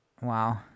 Wow